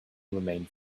remained